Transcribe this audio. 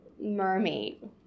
mermaid